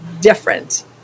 different